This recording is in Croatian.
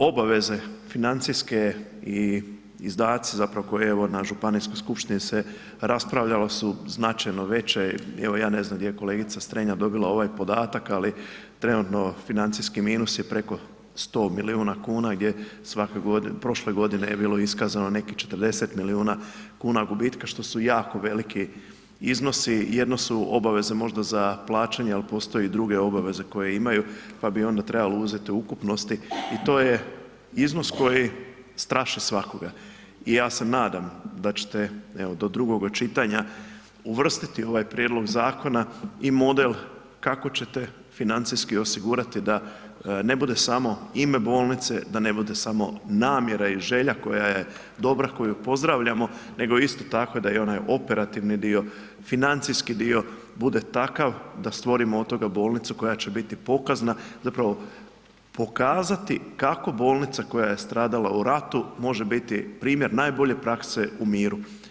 Obaveze financijske i izdaci zapravo evo koje na županijskoj skupštini se raspravljalo su značajno veće, evo ja ne znam gdje je kolegica Strenja dobila ovaj podatak ali trenutno financijski minus je preko 100 milijuna kuna gdje prošle godine je bilo iskazano nekih 40 milijuna kuna gubitka što su jako veliki iznosi, jedno su obaveze možda za plaćanje ali postoje i druge obaveze koje imaju pa bi onda trebalo uzeti ukupnosti i to je iznos koji straši svakoga i ja se nadam da ćete evo do drugoga čitanja uvrstiti ovaj prijedlog zakona i model kako ćete financijski osigurati da ne bude samo ime bolnice, da ne bude samo namjera i želja koja je dobra, koju pozdravljamo nego isto tako da i onaj operativni dio, financijski dio bude takav da stvori motor da bolnicu koja će biti pokazna zapravo pokazati kako bolnica koja je stradala u ratu može biti primjer najbolje prakse u miru.